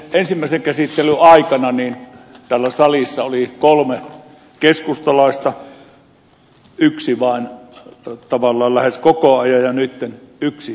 ensimmäisen käsittelyn aikana täällä salissa oli kolme keskustalaista vain yksi tavallaan lähes koko ajan ja nyt yksi keskustalainen kansanedustaja